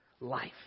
life